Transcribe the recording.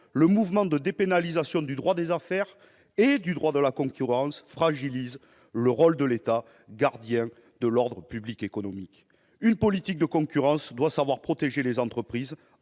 le mouvement de dépénalisation du droit des affaires et du droit de la concurrence fragilise le rôle de l'État, gardien de l'ordre public économique. Une politique de concurrence doit savoir protéger les entreprises,